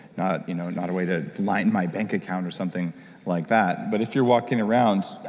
not you know not a way to line my bank account or something like that, but if you're walking around,